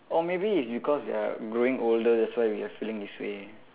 or maybe it's because we're growing older that's why we are feeling this way